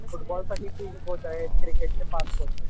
फुटबॉलसाठी तीन कोच आहेत क्रिकेटचे पाच कोच आहेत